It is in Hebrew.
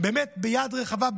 באמת ביד רחבה,